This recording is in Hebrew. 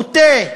בוטה,